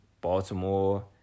Baltimore